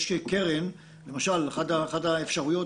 אחת האפשרויות,